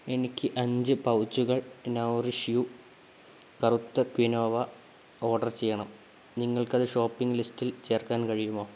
എനിക്ക് അഞ്ചു പൗച്ചുകൾ നൌറിഷ് യൂ കറുത്ത ക്വിനോവ ഓർഡർ ചെയ്യണം നിങ്ങൾക്കത് ഷോപ്പിംഗ് ലിസ്റ്റിൽ ചേർക്കാൻ കഴിയുമോ